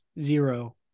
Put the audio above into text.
Zero